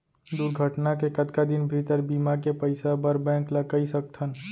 दुर्घटना के कतका दिन भीतर बीमा के पइसा बर बैंक ल कई सकथन?